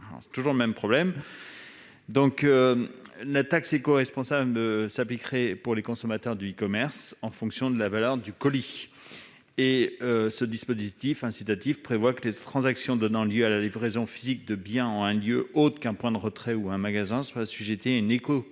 comportementale. Une taxe écoresponsable s'appliquerait pour les consommateurs du e-commerce, en fonction de la valeur du colis. Ce dispositif incitatif prévoit que les transactions donnant lieu à la livraison physique de biens en un lieu autre qu'un point de retrait ou un magasin soient assujetties à une écocontribution